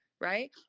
right